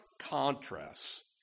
contrasts